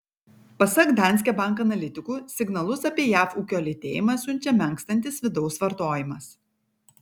pasak danske bank analitikų signalus apie jav ūkio lėtėjimą siunčia menkstantis vidaus vartojimas